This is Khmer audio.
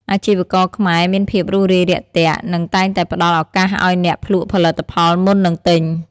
អាជីវករខ្មែរមានភាពរួសរាយរាក់ទាក់ និងតែងតែផ្តល់ឱកាសឱ្យអ្នកភ្លក់ផលិតផលមុននឹងទិញ។